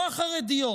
לא החרדיות,